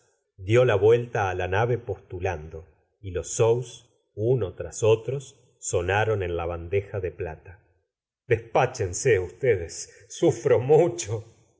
dió la vuelta á la nave postulando y los sous unos tras otros sonaron en la bandeja de plata despáchense ustedes sufro mucho